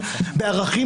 האזרח,